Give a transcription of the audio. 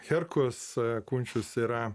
herkus kunčius yra